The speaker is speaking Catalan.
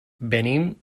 venim